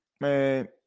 Man